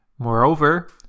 Moreover